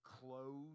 clothes